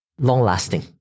long-lasting